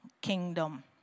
kingdom